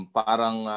parang